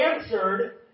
answered